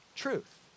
truth